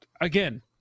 again